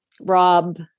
Rob